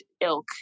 ilk